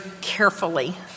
carefully